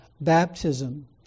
Baptism